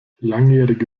langjährige